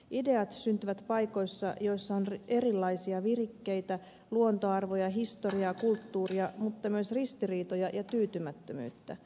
ideat syntyvät paikoissa joissa on erilaisia virikkeitä luontoarvoja historiaa kulttuuria mutta myös ristiriitoja ja tyytymättömyyttä